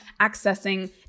accessing